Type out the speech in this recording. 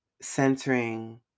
centering